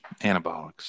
anabolics